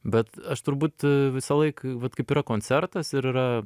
bet aš turbūt visąlaik vat kaip yra koncertas ir yra